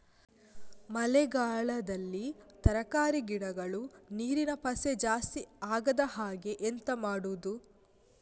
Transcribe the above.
ಮಳೆಗಾಲದಲ್ಲಿ ತರಕಾರಿ ಗಿಡಗಳು ನೀರಿನ ಪಸೆ ಜಾಸ್ತಿ ಆಗದಹಾಗೆ ಎಂತ ಮಾಡುದು?